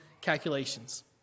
calculations